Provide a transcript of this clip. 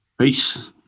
Peace